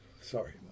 Sorry